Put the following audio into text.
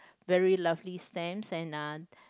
very lovely stamps and uh